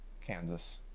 Kansas